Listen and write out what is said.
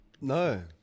No